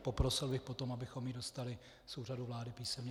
Poprosil bych potom, abychom ji dostali z úřadu vlády písemně.